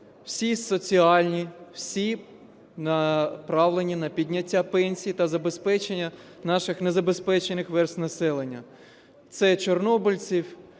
всі соціальні, всі направлені на підняття пенсій та забезпечення наших незабезпечених верств населення: це чорнобильців,